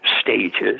Stages